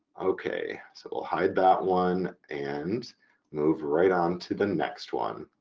okay so i'll hide that one and move right on to the next one.